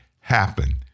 happen